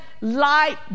light